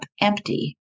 empty